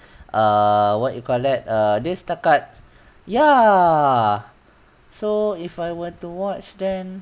err what you call that err dia setakat ya so if I were to watch then